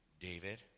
David